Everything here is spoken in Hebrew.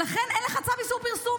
ולכן אין לך צו איסור פרסום.